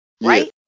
right